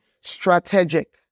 strategic